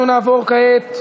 אנחנו נעבור כעת,